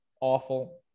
awful